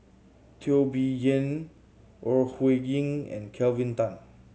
Teo Bee Yen Ore Huiying and Kelvin Tan